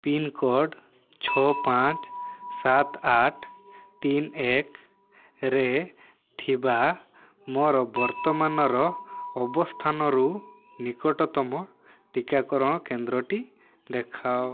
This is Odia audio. ପିନ୍କୋଡ଼୍ ଛଅ ପାଞ୍ଚ ସାତ ଆଠ ତିନି ଏକରେ ଥିବା ମୋର ବର୍ତ୍ତମାନର ଅବସ୍ଥାନରୁ ନିକଟତମ ଟିକାକରଣ କେନ୍ଦ୍ରଟି ଦେଖାଅ